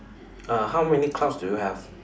uh how many clouds do you have